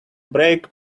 break